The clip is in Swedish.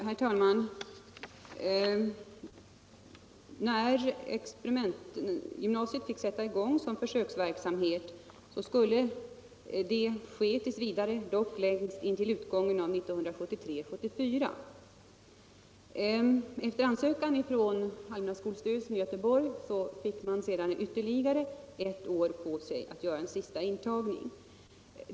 Herr talman! När experimentgymnasiet fick sätta i gång som försöksverksamhet skulle försöksperioden pågå tills vidare, dock längst intill utgången av 1973/74. Efter ansökan från allmänna skolstyrelsen i Göteborg fick skolan ytterligare ett år på sig att göra en sista intagning.